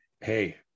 Hey